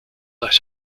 let